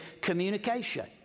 communication